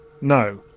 no